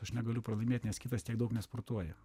aš negaliu pralaimėt nes kitas tiek daug nesportuoja